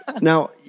Now